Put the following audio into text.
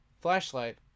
flashlight